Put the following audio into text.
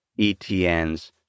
ETNs